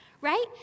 right